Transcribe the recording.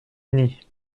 uni